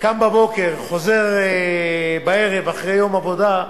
קם בבוקר, חוזר בערב אחרי יום עבודה,